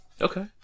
Okay